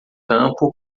campo